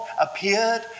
appeared